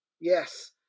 Yes